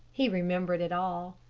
he remembered it all.